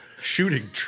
shooting